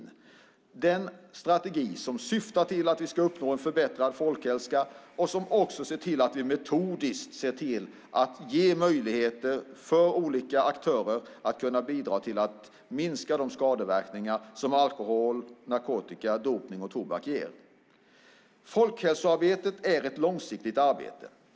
Det är den strategi som syftar till att vi ska uppnå en förbättrad folkhälsa och som också metodiskt ser till att ge möjligheter för olika aktörer att bidra till att minska de skadeverkningar som alkohol, narkotika, dopning och tobak ger. Folkhälsoarbetet är ett långsiktigt arbete.